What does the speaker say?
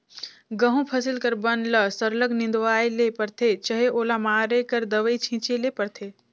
गहूँ फसिल कर बन ल सरलग निंदवाए ले परथे चहे ओला मारे कर दवई छींचे ले परथे